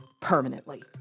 Permanently